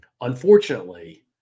Unfortunately